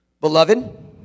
Beloved